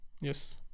Yes